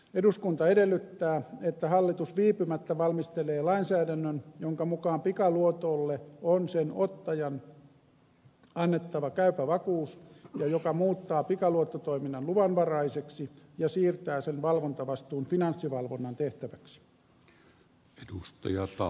eduskunta edellyttää että hallitus viipymättä valmistelee lainsäädännön jonka mukaan pikaluotolle on sen ottajan annettava käypä vakuus ja joka muuttaa pikaluottotoiminnan luvanvaraiseksi ja siirtää sen valvontavastuun finanssivalvonnan tehtäväksi